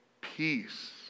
peace